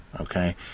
okay